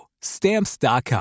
Stamps.com